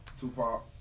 Tupac